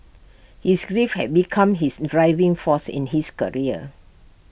his grief had become his driving force in his career